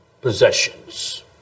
possessions